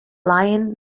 lion